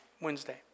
Wednesday